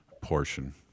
portion